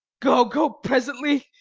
go, go presently,